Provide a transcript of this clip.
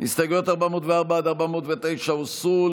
הסתייגויות 404 עד 409 הוסרו.